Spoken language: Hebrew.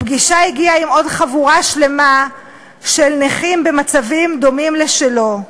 לפגישה הוא הגיע עם עוד חבורה שלמה של נכים במצבים דומים לשלו.